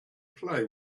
play